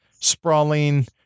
sprawling